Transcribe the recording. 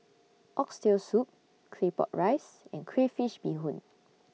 Oxtail Soup Claypot Rice and Crayfish Beehoon